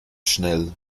schnell